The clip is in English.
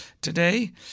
today